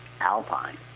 Alpine